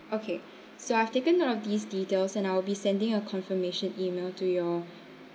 okay so I have taken note of these details and I will be sending a confirmation email to your